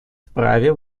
вправе